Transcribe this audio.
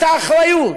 את האחריות,